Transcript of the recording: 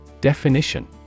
Definition